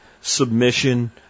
submission